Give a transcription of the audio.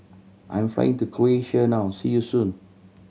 I'm flying to Croatia now see you soon